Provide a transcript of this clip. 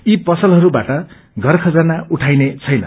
यी पसलहरूबाट घर खजाना उठाइने छैन